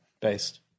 based